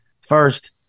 first